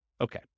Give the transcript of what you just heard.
okay